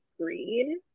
green